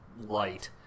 light